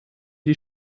die